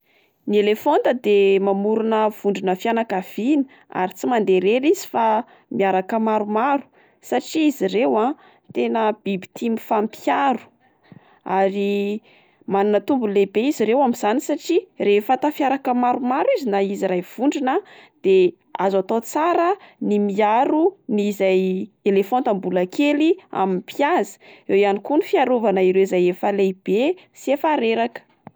Ny elefanta de mamorona vondrona fianakaviana ary tsy mandeha rery izy fa miaraka maromaro, satria izy ireo a tena biby tia mifampiaro, ary manana tombony lehibe izy ireo amin'izany satria rehefa tafiaraka maromaro izy na izy iray vondrona de azo atao tsara ny miaro ny- izay elefanta mbola kely amin'ny mpihaza, eo ihany koa ny fiarovana ireo izay efa lehibe sy efa reraka.